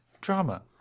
Drama